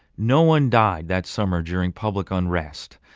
no one died that summer during public unrest.